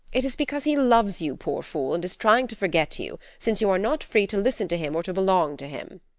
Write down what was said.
it is because he loves you, poor fool, and is trying to forget you, since you are not free to listen to him or to belong to him.